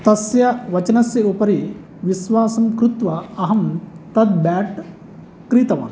तस्य वचनस्य उपरि विश्वासं कृत्वा अहं तत् बेट् क्रीतवान्